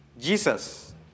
Jesus